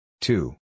Two